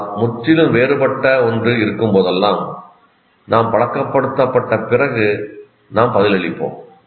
ஆனால் முற்றிலும் வேறுபட்ட ஒன்று இருக்கும் போதெல்லாம் நாம் பழக்கப்படுத்தப்பட்ட பிறகு நாம் பதிலளிப்போம்